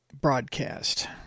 broadcast